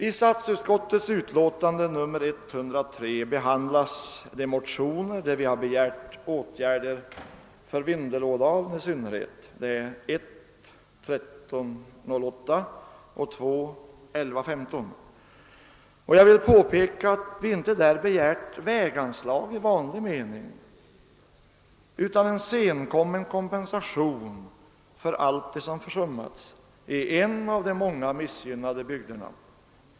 I statsutskottets utlåtande nr 103 behandlas de motioner där vi begärt åtgärder för Vindel-ådalen — I: 1115 och II: 1308. Jag vill påpeka att vi där inte har begärt väganslag i vanlig mening utan en senkommen kompensation för allt som försummats i en av många missgynnade bygder.